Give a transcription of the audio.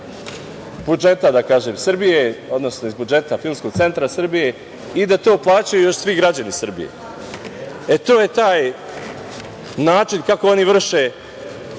budžeta Srbije, odnosno iz budžeta Filmskog centra Srbije i da plaćaju svi građani Srbije. To je taj način kako oni vrše